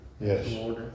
Yes